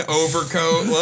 overcoat